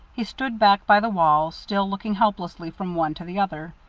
he stood back by the wall, still looking helplessly from one to the other.